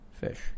fish